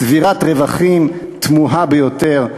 צבירת רווחים תמוהה ביותר.